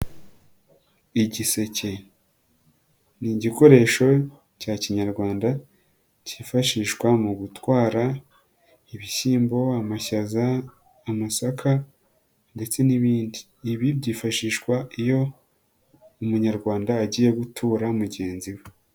Igiseke ni igikoresho cya kinyarwanda cyifashishwa mu gutwara ibishyimbo, amashaza, amasaka ndetse n'ibindi, ibi byifashishwa iyo umunyarwanda agiye gutura mugenzi we.